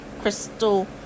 crystal